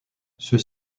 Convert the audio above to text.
ceux